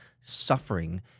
suffering